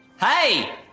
hey